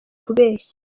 kubeshya